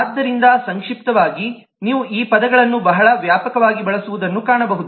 ಆದ್ದರಿಂದ ಸಂಕ್ಷಿಪ್ತವಾಗಿ ನೀವು ಈ ಪದಗಳನ್ನು ಬಹಳ ವ್ಯಾಪಕವಾಗಿ ಬಳಸುವುದನ್ನು ಕಾಣಬಹುದು